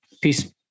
Peace